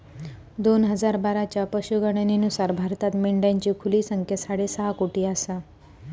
दोन हजार बाराच्या पशुगणनेनुसार भारतात मेंढ्यांची खुली संख्या साडेसहा कोटी आसा